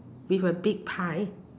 with a big pie